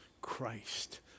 Christ